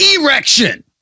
erection